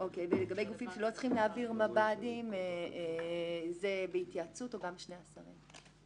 ולגבי גופים שלא צריכים להעביר מב"דים זה בהתייעצות או גם שני השרים?